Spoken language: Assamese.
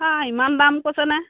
আ ইমান দাম কৈছেনে